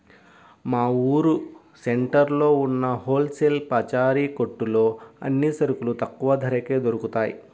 మా ఊరు సెంటర్లో ఉన్న హోల్ సేల్ పచారీ కొట్టులో అన్ని సరుకులు తక్కువ ధరకే దొరుకుతయ్